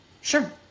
Sure